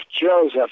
Joseph